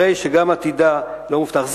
הרי שגם עתידה לא מובטח.